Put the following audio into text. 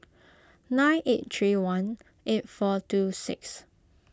nine eight three one eight four two six